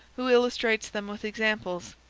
who illustrates them with examples.